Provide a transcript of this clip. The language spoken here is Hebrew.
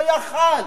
הוא לא יכול.